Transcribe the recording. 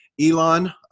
Elon